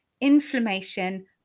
inflammation